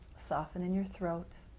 soften in your throat.